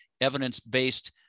evidence-based